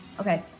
Okay